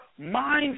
mindset